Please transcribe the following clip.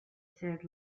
said